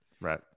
Right